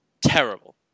terrible